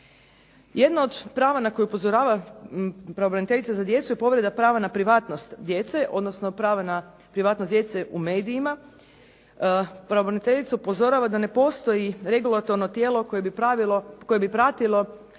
Jedno od prava na koje upozorava pravobraniteljica za djecu je povreda prava na privatnost djece, odnosno prava na privatnost djece u medijima. Pravobraniteljica upozorava da ne postoji regulatorno tijelo koje bi pratilo